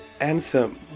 anthem